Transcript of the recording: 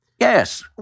Yes